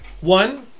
One